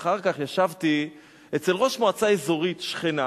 שאחר כך ישבתי אצל ראש מועצה אזורית שכנה.